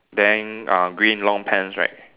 then uh green long pants right